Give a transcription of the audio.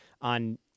on